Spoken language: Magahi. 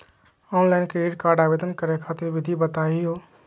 ऑनलाइन क्रेडिट कार्ड आवेदन करे खातिर विधि बताही हो?